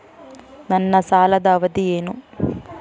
ನನ್ನ ಸಾಲದ ಅವಧಿ ಏನು?